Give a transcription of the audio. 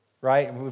right